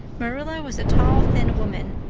marilla was a tall, thin woman,